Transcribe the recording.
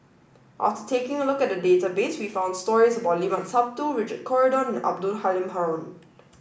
after taking a look at the database we found stories about Limat Sabtu Richard Corridon and Abdul Halim Haron